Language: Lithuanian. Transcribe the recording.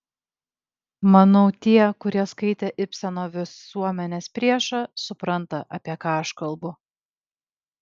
manau tie kurie skaitė ibseno visuomenės priešą supranta apie ką aš kalbu